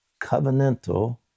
covenantal